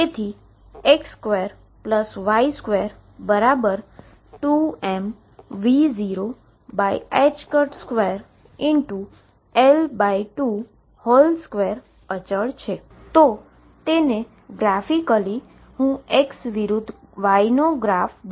તેથી ગ્રાફિકલી જો હું X વિરુદ્ધ Y નો ગ્રાફ દોરવા માગું છું આ 2 છે